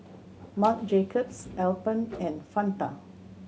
Marc Jacobs Alpen and Fanta